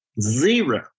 Zero